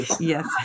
Yes